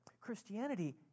Christianity